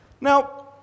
Now